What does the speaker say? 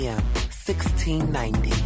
1690